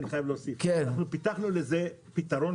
אני רוצה להוסיף מילה אחת: אנחנו פיתחנו לזה פתרון.